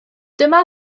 dyma